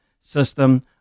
system